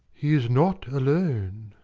he is not alone.